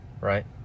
right